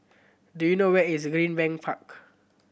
do you know where is Greenbank Park